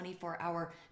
24-hour